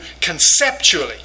conceptually